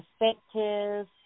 effective